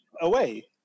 away